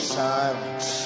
silence